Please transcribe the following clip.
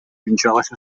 увенчалась